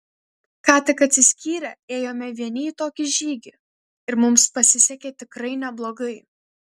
ką tik atsiskyrę ėjome vieni į tokį žygį ir mums pasisekė tikrai neblogai